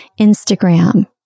Instagram